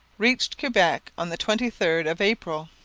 reached quebec on the twenty third of april.